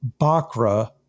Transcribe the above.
Bakra